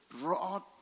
broad